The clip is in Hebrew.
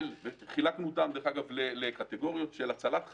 חילקנו אותם לקטגוריות של הצלת חיים,